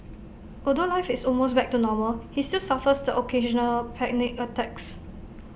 although life is almost back to normal he still suffers the occasional panic attacks